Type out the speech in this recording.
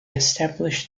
established